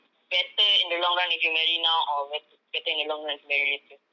better in the long run if you marry now or bet~ better in the long run if you marry later